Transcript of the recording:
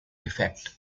effect